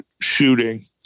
shooting